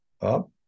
up